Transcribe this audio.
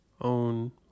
own